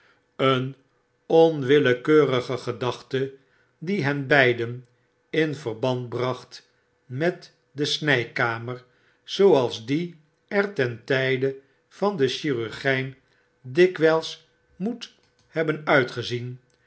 een onwillekeurige gedacnte die hen beiden in verband bracht met de snijkamer zooals die er ten tijde van den chirurgijn dikwijls moet hebben uitgezien